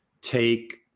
take